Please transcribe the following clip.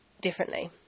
differently